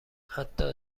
حتی